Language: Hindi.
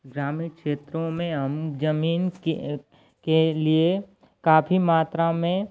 ग्रामीण क्षेत्रों में हम ज़मीन के लिए काफ़ी मात्रा में